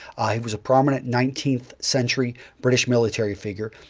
he was a prominent nineteenth century british military figure.